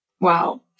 Wow